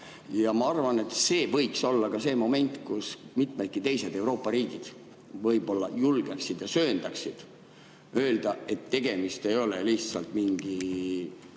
Ja ma arvan, et see võiks olla see moment, kus mitmedki teised Euroopa riigid võib-olla julgeksid ja söandaksid öelda, et tegemist ei ole lihtsalt mingi